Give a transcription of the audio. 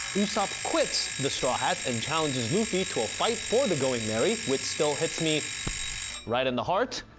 usopp quits the straw hats and challenges luffy to a fight for the going merry, which still hits me right in the heart,